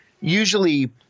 Usually